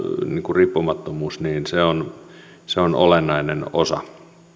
riippumattomuus on olennainen osa